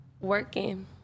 Working